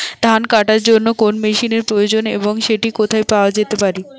ধান কাটার জন্য কোন মেশিনের প্রয়োজন এবং সেটি কোথায় পাওয়া যেতে পারে?